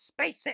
SpaceX